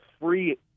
free